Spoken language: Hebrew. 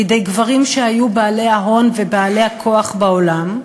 בידי גברים שהיו בעלי ההון ובעלי הכוח בעולם.